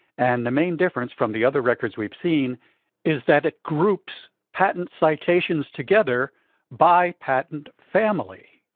and the main difference from the other records we've seen is that it groups patent citations together by patent family.